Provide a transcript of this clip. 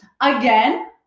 again